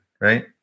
right